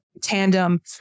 tandem